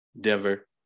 Denver